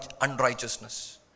unrighteousness